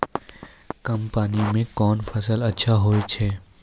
कम पानी म कोन फसल अच्छाहोय छै?